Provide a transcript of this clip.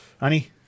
Annie